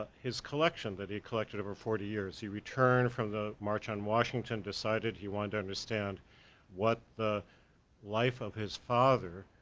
ah his collection that he collected over forty years. he returned from the march on washington, decided he wanted to understand what the life of his father,